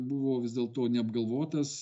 buvo vis dėlto neapgalvotas